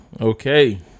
okay